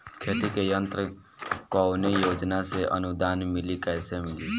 खेती के यंत्र कवने योजना से अनुदान मिली कैसे मिली?